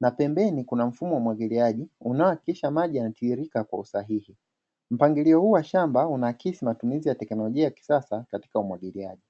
na pembeni kuna mfumo wa umwagiliaji unaohakikisha maji yanatiririka kwa usahihi mpangilio huu wa shamba unaakisi matumizi ya teknolojia ya kisasa katika umwagiliaji.